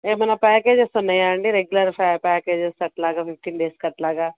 ఏమైనా ప్యాకేజెస్ ఉన్నాయా అండి రెగ్యులర్ ప్యాకేజెస్ అలాగా ఫిఫ్టీన్ డేస్కి అలాగా